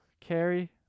Carrie